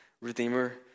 redeemer